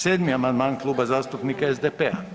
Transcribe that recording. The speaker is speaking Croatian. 7. amandman Kluba zastupnika SDP-a.